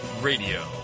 Radio